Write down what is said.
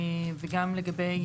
וגם לגבי